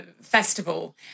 Festival